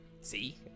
See